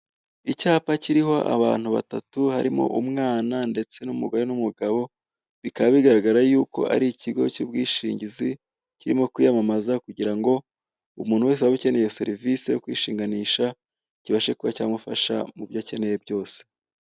Icyapa kiriho abantu batatu harimo umwana ndetse n'umugore n'umugabo bikaba bigaragara yuko ari ikigo cy'ubwishingizi kirimo kwiyamamaza kugirango umuntu wese waba ukeneye iyo serivise yo kwishinganisha kibashe kuba cyamufasha mubyo akeneye byose.